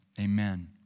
amen